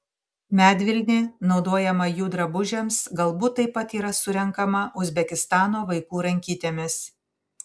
medvilnė naudojama jų drabužiams galbūt taip pat yra surenkama uzbekistano vaikų rankytėmis